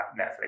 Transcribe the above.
Netflix